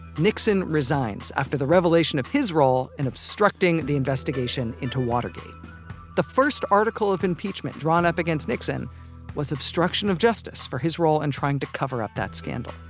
nixon resigns after the revelation of his role in obstructing the investigation into watergate the first article of impeachment drawn up against nixon was obstruction of justice for his role in and trying to cover-up that scandal